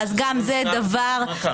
כשזה מנותק מההנמקה.